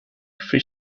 three